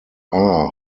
are